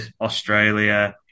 Australia